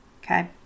okay